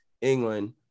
England